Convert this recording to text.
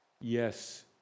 Yes